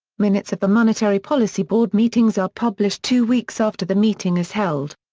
minutes of the monetary policy board meetings are published two weeks after the meeting is held.